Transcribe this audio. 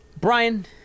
Brian